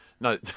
No